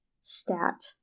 Stat